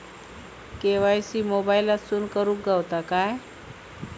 KYC मोबाईलातसून करुक गावता काय?